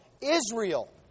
Israel